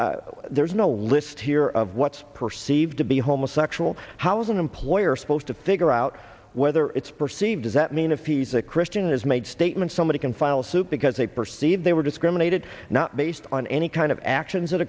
there's no list here of what's perceived to be homosexual how is an employer supposed to figure out whether it's perceived does that mean if he's a christian is made statement somebody can file suit because they perceive they were discriminated not based on any kind of actions that